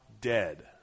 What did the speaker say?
dead